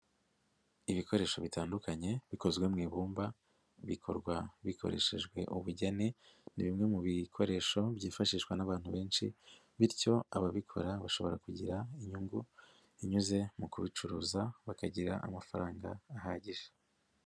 Ibikoresho bitandukanye, bikozwe mu ibumba, bikorwa bikoreshejwe ubugeni, ni bimwe mu bikoresho byifashishwa n'abantu benshi bityo ababikora bashobora kugira inyungu inyuze mu kubicuruza, bakagira amafaranga ahagije.